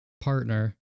partner